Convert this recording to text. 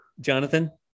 Jonathan